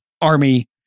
army